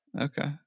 Okay